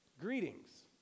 greetings